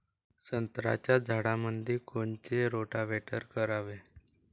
संत्र्याच्या झाडामंदी कोनचे रोटावेटर करावे?